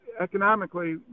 economically